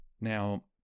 Now